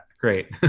Great